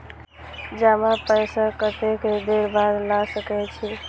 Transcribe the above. जमा पैसा कतेक देर बाद ला सके छी?